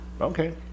Okay